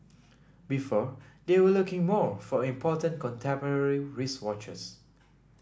before they were looking more for important contemporary wristwatches